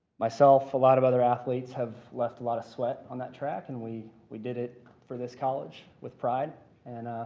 myself, a lot of other athletes have left a lot of sweat on that track and we we did it for this college with pride and,